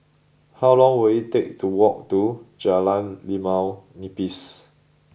how long will it take to walk to Jalan Limau Nipis